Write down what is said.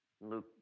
Luke